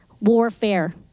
warfare